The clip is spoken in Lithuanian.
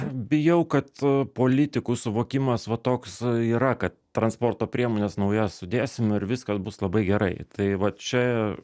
bijau kad politikų suvokimas va toks tai yra kad transporto priemones naujas sudėsim ir viskas bus labai gerai tai vat čia